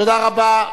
תודה רבה.